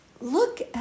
Look